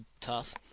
tough